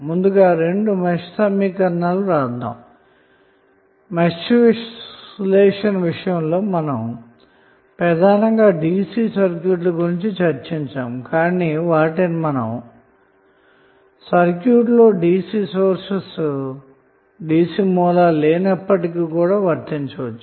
ముందుగా రెండు మెష్ సమీకరణాలు వ్రాద్దాము మెష్ విశ్లేషణ విషయంలో మనము ప్రధానంగా DC సర్క్యూట్ ల గురించి చర్చించాము కాబట్టి వాటిని సర్క్యూట్ లో DC సోర్సెస్ లేనప్పటికీ కూడా వర్తించవచ్చు